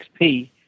XP